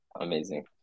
Amazing